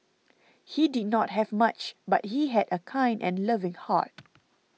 he did not have much but he had a kind and loving heart